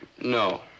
No